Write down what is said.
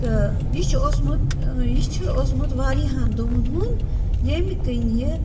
تہٕ یہِ چھُ اوسمُت یہِ چھُ اوسمُت واریاہَن دۄہَن ہُنٛد ییٚمہِ کِنۍ یہِ